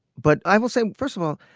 but i will say, first of all,